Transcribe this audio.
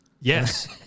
Yes